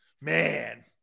Man